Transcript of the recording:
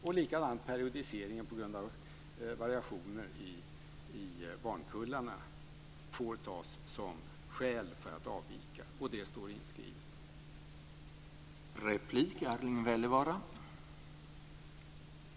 På samma sätt kan periodisering på grund av variationer i barnkullarna vara ett skäl för att avvika från 20-eleversregeln. Det står också inskrivet.